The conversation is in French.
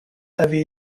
avait